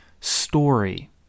story